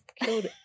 Killed